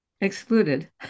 excluded